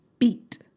beat